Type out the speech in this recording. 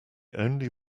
only